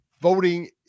voting